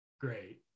Great